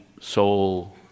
soul